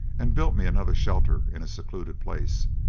and built me another shelter in a secluded place,